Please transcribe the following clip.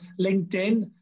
LinkedIn